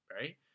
right